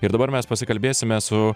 ir dabar mes pasikalbėsime su